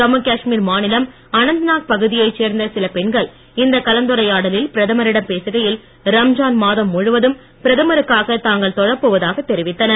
ஜம்மு காஷ்மீர் மாநிலம் அனந்த்நாக் பகுதியைச் சேர்ந்த சில பெண்கள் இந்த கலந்துரையாடலில் பிரதமரிடம் பேசுகையில் ரம்ஜான் மாதம் முழுவதும் பிரதமருக்காக தாங்கள் தொழப்போவதாகத் தெரிவித்தனர்